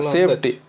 Safety